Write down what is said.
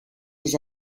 ses